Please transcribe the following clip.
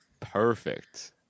Perfect